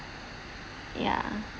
ya